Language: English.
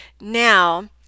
Now